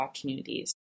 communities